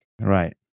Right